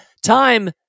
time